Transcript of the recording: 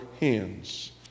hands